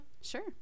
Sure